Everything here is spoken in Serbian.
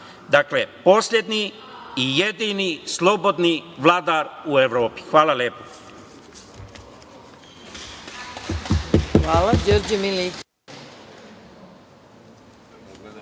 Ponavljam, poslednji i jedini slobodni vladar u Evropi. Hvala lepo.